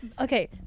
okay